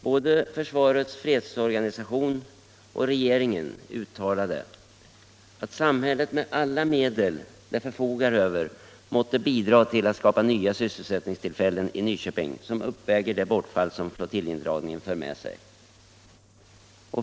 Både försvarets fredsorganisationsutredning och regeringen uttalade att samhället med alla medel det förfogar över måste bidra till att skapa nya sysselsättningstillfällen i Nyköping som uppväger det bortfall som flottiljindragningen för med sig.